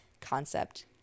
concept